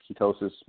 ketosis